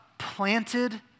planted